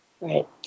Right